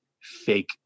fake